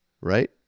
right